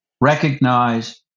recognize